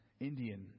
Indian